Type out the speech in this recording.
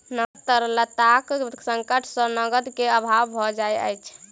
नकद तरलताक संकट सॅ नकद के अभाव भ जाइत छै